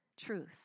Truth